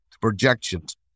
projections